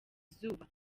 izuba